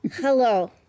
Hello